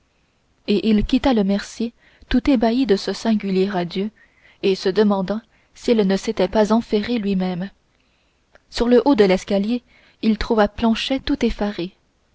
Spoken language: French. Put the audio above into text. et il quitta le mercier tout ébahi de ce singulier adieu et se demandant s'il ne s'était pas enferré lui-même sur le haut de l'escalier il trouva planchet tout effaré